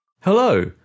Hello